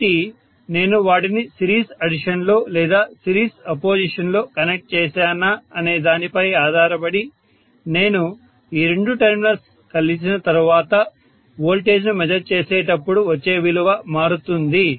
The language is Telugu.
కాబట్టి నేను వాటిని సిరీస్ ఆడిషన్లో లేదా సిరీస్ అపోజిషన్ లో కనెక్ట్ చేసానా అనే దానిపై ఆధారపడి నేను ఈ రెండు టెర్మినల్స్ను కలిపిన తరువాత వోల్టేజ్ ను మెజర్ చేసినప్పుడు వచ్చే విలువ మారుతుంది